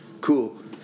cool